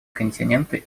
континенты